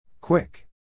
Quick